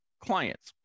clients